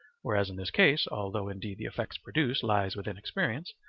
whereas in this case, although indeed the effect produced lies within experience,